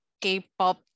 K-pop